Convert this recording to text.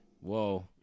Whoa